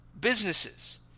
businesses